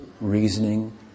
reasoning